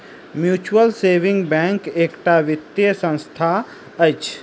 mutual saving bank एकटा वित्तीय संस्था अछि